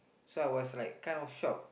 so I was like kind of shocked